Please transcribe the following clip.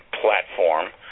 platform